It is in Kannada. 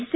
ಎಸ್